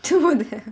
to work there